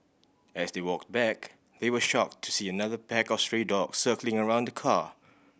as they walked back they were shocked to see another pack of stray dog circling around the car